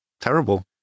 terrible